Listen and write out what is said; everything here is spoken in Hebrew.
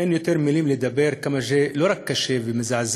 אין יותר מילים לומר עד כמה זה לא רק קשה ומזעזע,